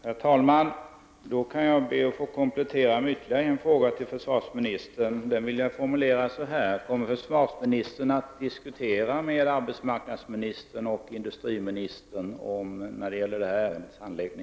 Herr talman! Jag skall be att få komplettera med ytterligare en fråga till försvarsministern. Den vill jag formulera på följande sätt: Kommer försvarsministern att diskutera detta ärendes handläggning med arbetsmarknadsministern och industriministern?